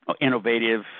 innovative